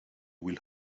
will